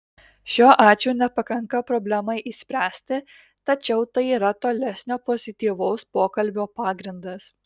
šio ačiū nepakanka problemai išspręsti tačiau tai yra tolesnio pozityvaus pokalbio pagrindas